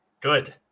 Good